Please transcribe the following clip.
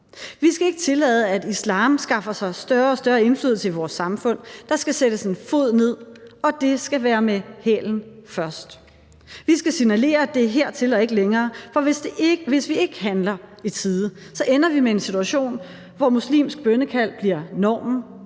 Vi skal ikke tillade, at islam skaffer sig større og større indflydelse i vores samfund. Der skal sættes en fod ned, og det skal være med hælen først. Vi skal signalere, at det er hertil og ikke længere. For hvis vi ikke handler i tide, ender vi med en situation, hvor muslimsk bønnekald bliver normen,